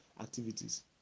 activities